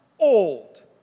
old